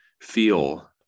feel